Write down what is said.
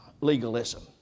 legalism